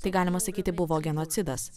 tai galima sakyti buvo genocidas